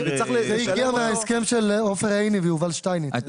זה מההסכם של עופר עיני ויובל שטייניץ.